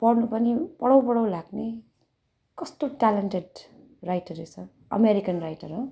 पढ्नु पनि पढौँ पढौँ लाग्ने कस्तो ट्यालेन्टेड राइटर रहेछ अमेरिकन राइटर हो